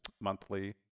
monthly